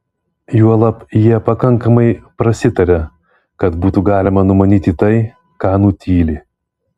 juolab jie pakankamai prasitaria kad būtų galima numanyti tai ką nutyli